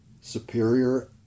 superior